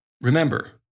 remember